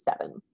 seven